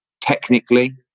technically